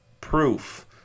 proof